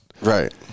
right